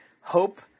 Hope